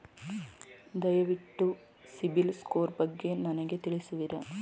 ದಯವಿಟ್ಟು ಸಿಬಿಲ್ ಸ್ಕೋರ್ ಬಗ್ಗೆ ನನಗೆ ತಿಳಿಸುವಿರಾ?